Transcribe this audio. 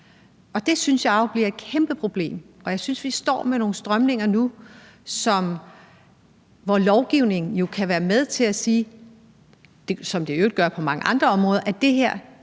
jo bliver et kæmpe problem. Og jeg synes, at vi står med nogle strømninger nu, hvor lovgivningen jo kan være med til at sige, som den i øvrigt gør på mange andre måder: Det her